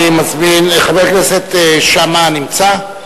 חבר הכנסת שאמה נמצא?